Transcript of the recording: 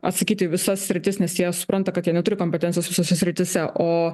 atsakyti į visas sritis nes jie supranta kad jie neturi kompetencijos visose srityse o